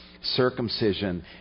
circumcision